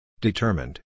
Determined